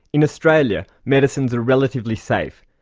in australia medicines are relatively safe,